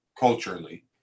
culturally